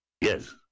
Yes